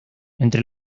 entre